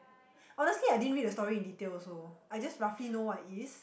honestly I didn't read the story in detail also I just roughly know what it is